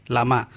Lama